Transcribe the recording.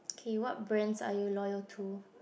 K what brands are you loyal to